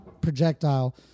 projectile